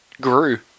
grew